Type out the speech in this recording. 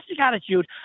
attitude